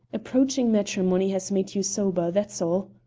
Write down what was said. approaching matrimony has made you sober, that's all.